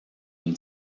and